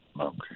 Okay